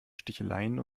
sticheleien